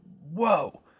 whoa